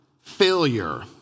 failure